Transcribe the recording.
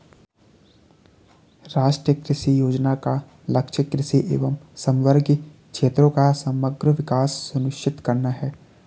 राष्ट्रीय कृषि योजना का लक्ष्य कृषि एवं समवर्गी क्षेत्रों का समग्र विकास सुनिश्चित करना है